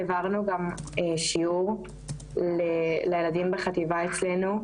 העברנו גם שיעור לילדים בחטיבה אצלנו,